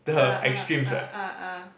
the extremes right